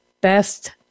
Best